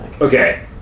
Okay